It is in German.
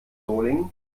solingen